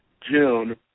June